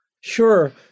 Sure